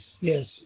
yes